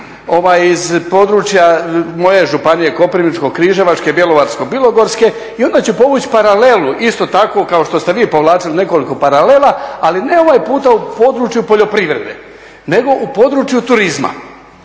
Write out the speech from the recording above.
terena iz područja moje županije, Koprivničko-križevačke, Bjelovarsko-bilogorske i onda ću povući paralelu isto tako kao što ste vi povlačili nekoliko paralela, ali ne ovaj puta u području poljoprivrede, nego u području turizma.